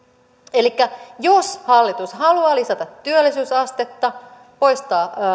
elikkä jos hallitus haluaa lisätä työllisyysastetta poistaa